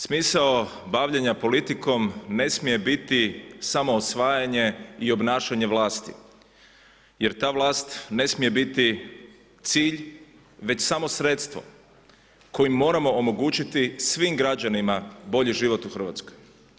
Smisao bavljenja politikom ne smije biti samo osvajanje i obnašanje vlasti jer ta vlast ne smije biti cilj, već samo sredstvo kojim moramo omogućiti svim građanima bolji život u RH.